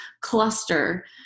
cluster